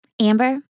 Amber